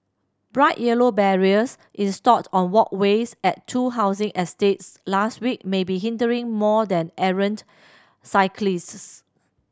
bright yellow barriers installed on walkways at two housing estates last week may be hindering more than errant cyclists